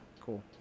cool